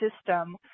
system